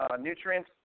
nutrients